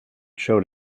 showed